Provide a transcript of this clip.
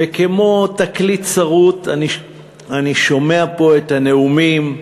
וכמו תקליט סרוט אני שומע פה את הנאומים,